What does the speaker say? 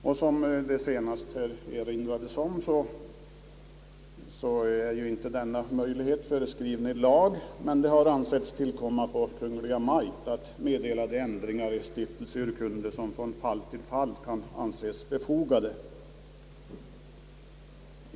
Såsom det här senast erinrades om är inte denna möjlighet föreskriven i lag, men det har ansetts ankomma på Kungl. Maj:t att meddela de ändringar i stiftelseurkunder som från fall till fall kan anses befogade.